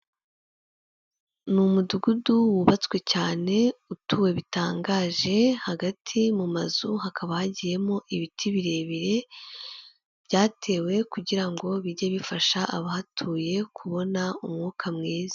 Umuhanda w'umukara aho uganisha ku bitaro byitwa Sehashiyibe, biri mu karere ka Huye, aho hahagaze umuntu uhagarika imodoka kugirango babanze basuzume icyo uje uhakora, hakaba hari imodoka nyinshi ziparitse.